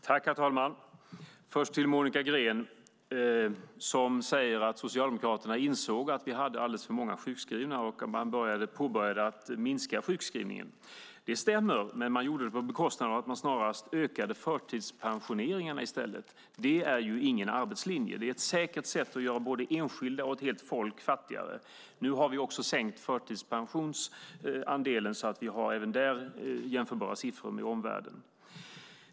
Herr talman! Först till Monica Green, som säger att Socialdemokraterna insåg att vi hade alldeles för många sjukskrivna och påbörjade en minskning av sjukskrivningen: Det stämmer, men man gjorde det på bekostnad av att man snarast ökade förtidspensioneringarna i stället. Men det är ingen arbetslinje, utan det är ett säkert sätt att göra både enskilda och ett helt folk fattigare. Nu har vi också sänkt förtidspensionsandelen, så att vi även där har jämförbara siffror med omvärlden.